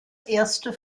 erste